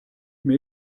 mir